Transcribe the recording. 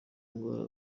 ndwara